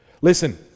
Listen